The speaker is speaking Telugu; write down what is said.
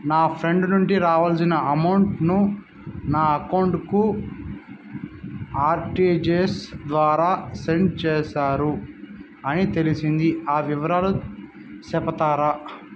నా ఫ్రెండ్ నుండి రావాల్సిన అమౌంట్ ను నా అకౌంట్ కు ఆర్టిజియస్ ద్వారా సెండ్ చేశారు అని తెలిసింది, ఆ వివరాలు సెప్తారా?